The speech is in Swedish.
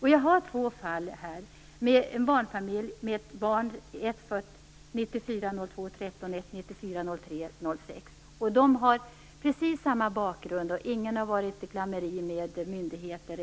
Jag kan nämna två fall. Det är barnfamiljer, där en har ett barn som är fött den 13 februari 1994 och en annan har ett barn som är fött den 6 mars 1994. De har precis samma bakgrund, och ingen har varit i klammeri med myndigheter.